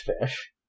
fish